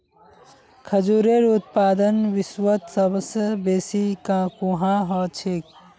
खजूरेर उत्पादन विश्वत सबस बेसी कुहाँ ह छेक